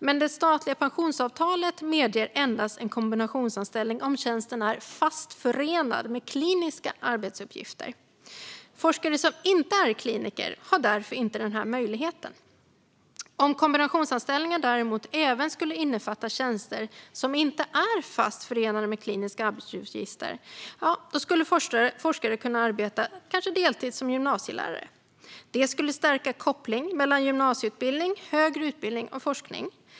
Men det statliga pensionsavtalet medger endast en kombinationsanställning om tjänsten är fast förenad med kliniska arbetsuppgifter. Forskare som inte är kliniker har därför inte den här möjligheten. Om kombinationsanställningar däremot även skulle innefatta tjänster som inte är fast förenade med kliniska arbetsuppgifter skulle forskare kanske kunna arbeta deltid som gymnasielärare. Det skulle stärka kopplingen mellan gymnasieutbildning, högre utbildning och forskning.